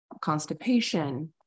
Constipation